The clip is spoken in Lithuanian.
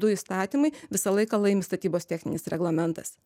du įstatymai visą laiką laimi statybos techninis reglamentas